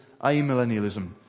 amillennialism